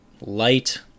light